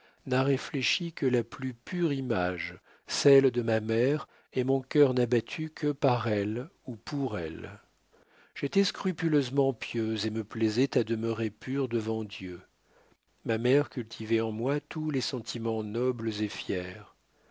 n'a réfléchi que la plus pure image celle de ma mère et mon cœur n'a battu que par elle ou pour elle j'étais scrupuleusement pieuse et me plaisais à demeurer pure devant dieu ma mère cultivait en moi tous les sentiments nobles et fiers